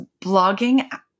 blogging